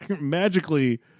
Magically